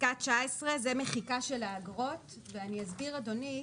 פסקה 19, זה מחיקה של האגרות ואני אסביר אדוני.